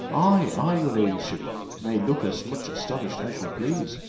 ay, ay, your ladyship may look as much astonished as you please,